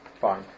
Fine